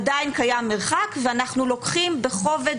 עדיין קיים מרחק ואנחנו לוקחים בכובד